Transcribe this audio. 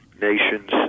nations